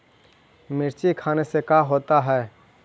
मिर्ची खाने से का होता है?